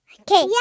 Okay